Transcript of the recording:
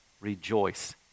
Rejoice